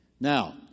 Now